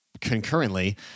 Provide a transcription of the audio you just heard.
concurrently